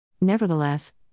Nevertheless